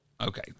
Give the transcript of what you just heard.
Okay